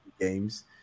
games